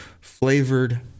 flavored